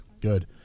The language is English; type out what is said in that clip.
Good